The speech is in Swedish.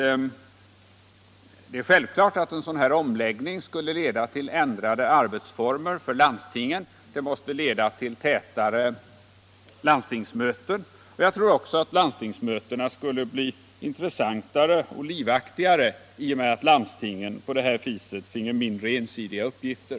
Det är självklart att en sådan här omläggning skulle leda till ändrade arbetsformer för landstinget. Den måste leda till tätare landstingsmöten, och jag tror också att landstingsmötena skulle bli intressantare och livaktigare i och med att landstingen på detta sätt finge mindre ensidiga uppgifter.